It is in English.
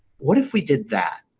what if we did that?